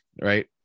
right